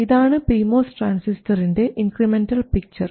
ഇതാണ് P MOS ട്രാൻസിസ്റ്ററിൻറെ incremental picture